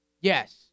Yes